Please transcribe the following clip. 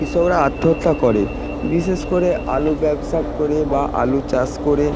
কৃষকরা আত্মহত্যা করে বিশেষ করে আলু ব্যবসা করে বা আলু চাষ করে